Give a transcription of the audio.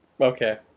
Okay